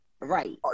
Right